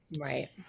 Right